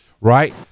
Right